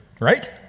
right